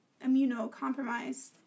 immunocompromised